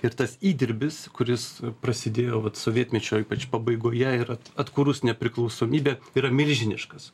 ir tas įdirbis kuris prasidėjo sovietmečio ypač pabaigoje ir atkūrus nepriklausomybę yra milžiniškas